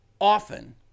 Often